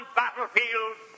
battlefields